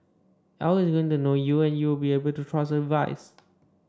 A I is going to know you and you will be able to trust the device